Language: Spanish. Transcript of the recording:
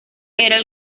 era